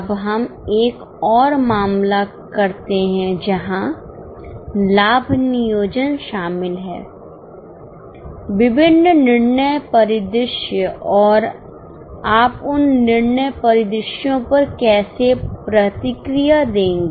अब हम एक और मामला करते हैं जहां लाभ नियोजन शामिल है विभिन्न निर्णय परिदृश्य और आप उन निर्णय परिदृश्यों पर कैसे प्रतिक्रिया देंगे